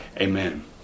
amen